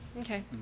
Okay